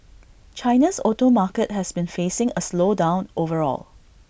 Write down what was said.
China's auto market has been facing A slowdown overall